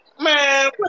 Man